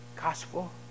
gospel